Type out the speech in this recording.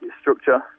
structure